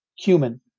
Cumin